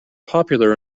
popular